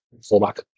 fullback